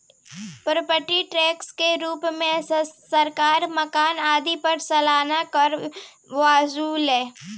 property tax के रूप में सरकार मकान आदि पर सालाना कर वसुलेला